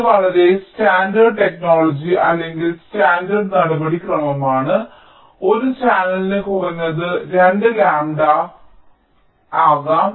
ഇത് വളരെ standard technology അല്ലെങ്കിൽ സ്റ്റാൻഡേർഡ് നടപടിക്രമമാണ് ഒരു ചാനലിന് കുറഞ്ഞത് 2 ലാംബഡ 2 ലംബഡ ആകാം